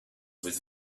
with